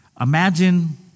Imagine